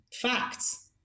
facts